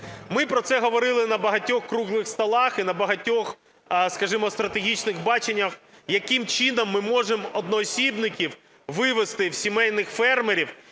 Ми про це говорили на багатьох круглих столах і на багатьох, скажімо, стратегічних баченнях, яким чином ми можемо одноосібників вивести в сімейних фермерів